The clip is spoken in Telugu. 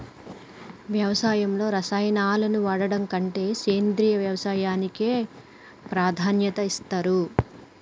వ్యవసాయంలో రసాయనాలను వాడడం కంటే సేంద్రియ వ్యవసాయానికే ప్రాధాన్యత ఇస్తరు